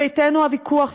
הוויכוח,